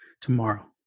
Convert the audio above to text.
tomorrow